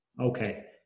Okay